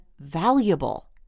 valuable